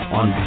on